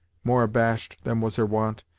more abashed than was her wont,